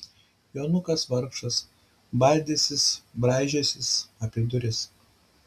jonukas vargšas baldęsis braižęsis apie duris